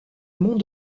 mont